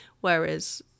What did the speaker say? whereas